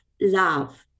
love